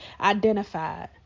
identified